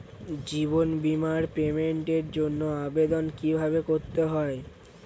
জীবন বীমার পেমেন্টের জন্য আবেদন কিভাবে করতে হয়?